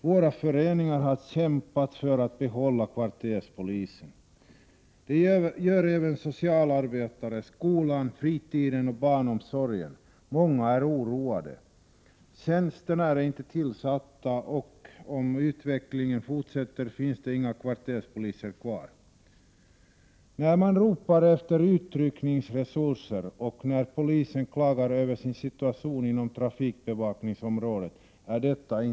Våra föreningar har kämpat för att behålla kvarterspolisen, vilket även socialarbetare, skolan, fritidsorganisationer och barnomsorgen har gjort. Många är oroade. Tjänsterna är inte tillsatta och om utvecklingen fortsätter finns det snart inga kvarterspoliser kvar. När man ropar efter uryckningsresurser och när polisen klagar över situationen inom trafikbevakningsområdet, är det inte så lätt att lösa den här Prot.